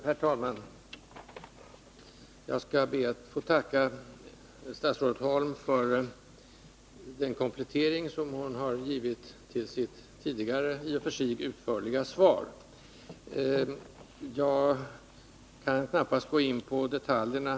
Herr talman! Jag skall be att få tacka statsrådet Holm för den komplettering som hon har givit till sitt tidigare i och för sig utförliga svar. Jag kan knappast gå in på detaljerna.